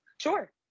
Sure